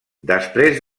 després